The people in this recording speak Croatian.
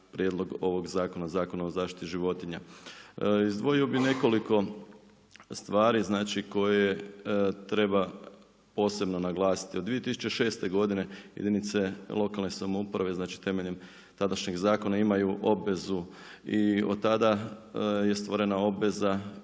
prijedlog ovog zakona, Zakona o zaštiti životinja. Izdvojio bih nekoliko stvari, znači koje treba posebno naglasiti. Od 2006. godine jedinice lokalne samouprave, znači temeljem tadašnjeg zakona imaju obvezu i od tada je stvorena obveza